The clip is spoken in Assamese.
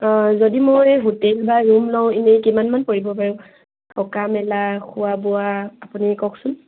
অঁ যদি মই হোটেল বা ৰুম লওঁ এনেই কিমানমান পৰিব বাৰু থকা মেলা খোৱা বোৱা আপুনি কওকচোন